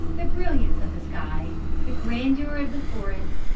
the brilliance of the skies, the grandeur of the forests,